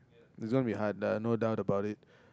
it's gonna be hard no doubt about it